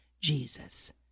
Jesus